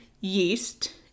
yeast